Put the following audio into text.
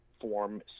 form